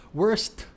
worst